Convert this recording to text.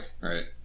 Right